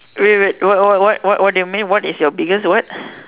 wait wait wait what what what what did you mean what is your biggest what